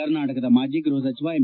ಕರ್ನಾಟಕದ ಮಾಜಿ ಗ್ರೆಹ ಸಚಿವ ಎಂ